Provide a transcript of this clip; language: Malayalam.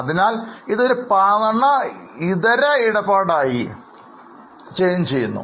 അതിനാൽ ഇതൊരു പണം ഇതര ഇടപാടായി മാറും